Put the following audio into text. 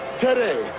today